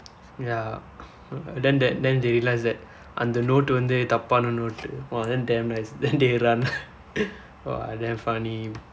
ya then that then they realized that அந்த:andtha note வந்து தப்பானா:vandthu thappaana note !wah! then damn nice then they run damn funny